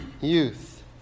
youth